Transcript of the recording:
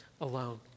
alone